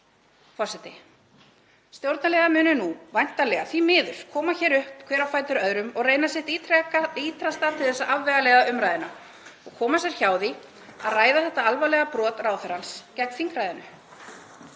Forseti. Stjórnarliðar munu nú væntanlega, því miður, koma hér upp hver á fætur öðrum og reyna sitt ýtrasta til að afvegaleiða umræðuna og koma sér hjá því að ræða þetta alvarlega brot ráðherrans gegn þingræðinu.